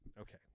okay